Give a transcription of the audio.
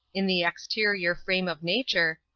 in the exterior frame of nature,